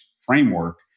framework